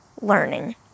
learning